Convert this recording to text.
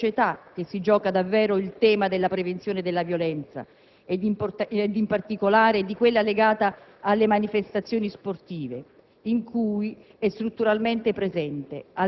E' quindi sul terreno della cultura e della società che si gioca davvero il tema della prevenzione della violenza, ed in particolare di quella legata alle manifestazioni sportive,